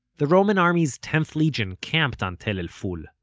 the roman army's tenth legion camped on tell el-ful.